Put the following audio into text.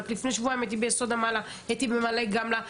רק לפני שבועיים הייתי ביסוד המעלה ובמעלה גמלא,